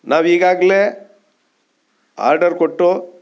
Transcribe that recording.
ನಾವು ಈಗಾಗಲೇ ಆರ್ಡರ್ ಕೊಟ್ಟು